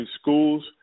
schools